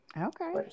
Okay